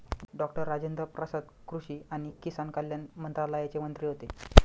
doctor Rajendra Prasad कृषी आणि किसान कल्याण मंत्रालयाचे मंत्री होते